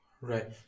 Right